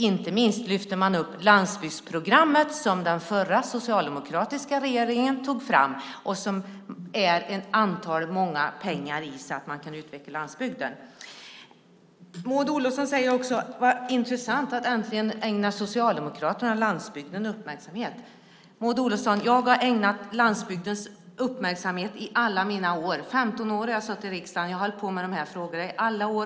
Inte minst lyfter man upp landsbygdsprogrammet, som den förra socialdemokratiska regeringen tog fram och som innehåller mycket pengar för att man ska kunna utveckla landsbygden. Maud Olofsson säger också att det är intressant att Socialdemokraterna äntligen ägnar landsbygden uppmärksamhet. Maud Olofsson, jag har ägnat landsbygden uppmärksamhet under alla mina år. 15 år har jag suttit i riksdagen. Jag har hållit på med de här frågorna under alla år.